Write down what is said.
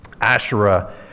Asherah